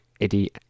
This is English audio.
Eddie